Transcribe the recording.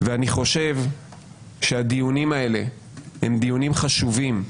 אני חושב שהדיונים האלה הם דיונים חשובים,